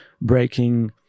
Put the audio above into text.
breaking